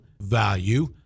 Value